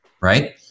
Right